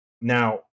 now